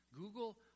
Google